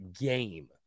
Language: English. game